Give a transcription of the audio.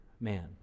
man